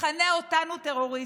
מכנה אותנו "טרוריסטים".